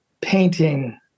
painting